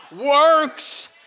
works